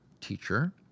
teacher